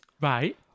Right